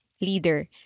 leader